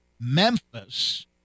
Memphis